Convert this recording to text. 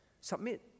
Submit